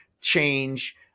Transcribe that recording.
change